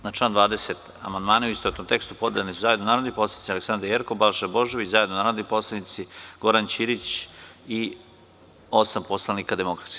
Na član 20. amandmane u istovetnom tekstu podneli su zajedno narodni poslanici Aleksandra Jerkov, Balša Božović i zajedno narodni poslanici Goran Ćirić i osam poslanika DS.